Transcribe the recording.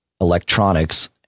electronics